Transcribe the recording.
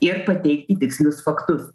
ir pateikti tikslius faktus